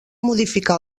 modificar